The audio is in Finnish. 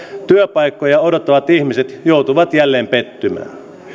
työpaikkoja odottavat ihmiset joutuivat jälleen pettymään